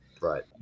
right